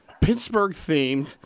Pittsburgh-themed